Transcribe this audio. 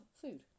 food